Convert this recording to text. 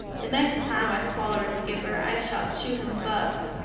the next time i swaller a skipper i shall chew him fust,